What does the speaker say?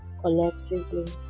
collectively